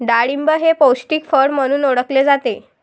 डाळिंब हे पौष्टिक फळ म्हणून ओळखले जाते